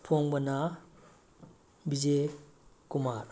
ꯑꯐꯣꯡꯕꯅ B J Kumar